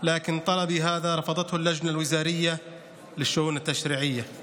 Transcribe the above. אך בקשתי זו נדחתה על ידי ועדת השרים לענייני חקיקה.